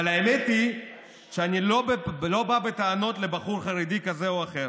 אבל האמת היא שאני לא בא בטענות לבחור חרדי כזה או אחר.